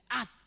earth